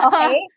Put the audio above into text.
Okay